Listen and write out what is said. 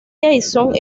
jason